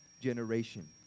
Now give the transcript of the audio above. generation